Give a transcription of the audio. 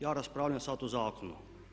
Ja raspravljam sad o zakonu.